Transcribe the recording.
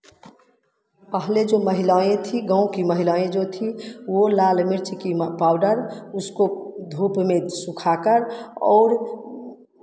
पहले जो महिलाएँ थी गाँव की महिलाएँ जो थी वो लाल मिर्च की पाउडर उसको धूप में सुखाकर और